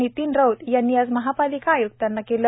नितीन राऊत यांनी आज महापालिका आय्क्तांना दिले